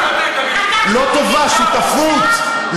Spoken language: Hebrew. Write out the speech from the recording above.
תגיד לי, אנחנו, לא טובה, שותפות.